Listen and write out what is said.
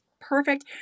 perfect